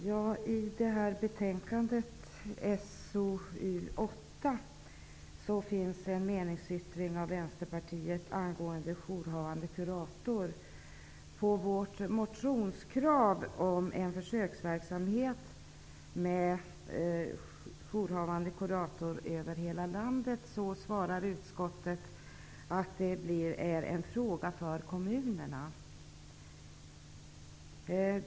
Herr talman! I betänkandet SoU8 finns en meningsyttring från Vänsterpartiet angående jourhavande kurator. På vårt motionskrav om en försöksverksamhet med jourhavande kurator över hela landet svarar utskottet att det är en fråga för kommunerna.